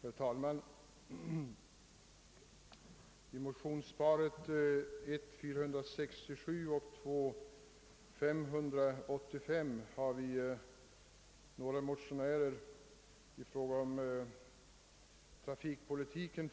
Herr talman! I motionsparet I:467 och II:585 har vi motionärer